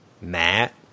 Matt